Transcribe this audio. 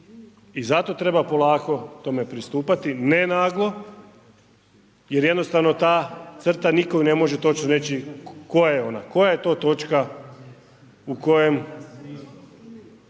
i zato treba polako tome pristupati, ne naglo jer jednostavno ta crta, nitko ju ne može točno reći tko je ona, koja je to točka u kojem…